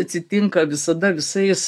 atsitinka visada visais